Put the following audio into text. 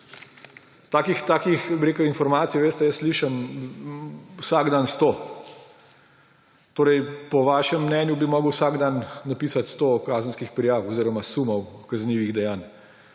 Takih informacij, veste, jaz slišim vsak dan sto, torej bi po vašem mnenju moral vsak dan napisati sto kazenskih prijav oziroma sumov kaznivih dejanj.